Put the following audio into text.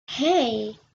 hey